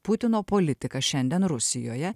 putino politika šiandien rusijoje